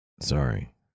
Sorry